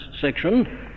section